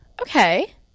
Okay